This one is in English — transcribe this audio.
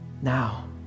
Now